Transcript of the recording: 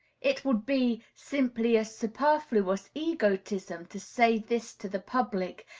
it would be simply a superfluous egotism to say this to the public,